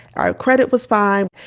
our credit was fine.